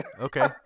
Okay